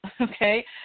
okay